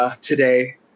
today